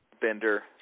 Bender